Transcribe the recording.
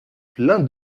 plein